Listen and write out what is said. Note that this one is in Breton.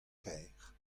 kaer